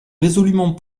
résolument